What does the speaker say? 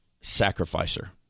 Sacrificer